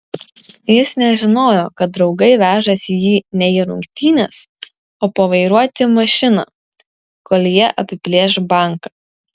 jis nežinojo kad draugai vežasi jį ne į rungtynes o pavairuoti mašiną kol jie apiplėš banką